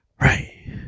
right